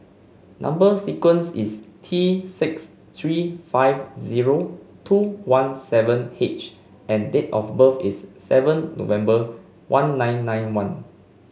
number sequence is T six three five zero two one seven H and date of birth is seven November one nine nine one